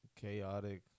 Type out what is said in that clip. chaotic